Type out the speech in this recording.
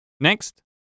Next